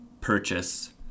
purchase